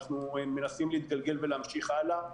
אנחנו מנסים להתגלגל ולהמשיך הלאה.